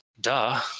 Duh